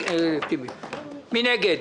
מי נגד?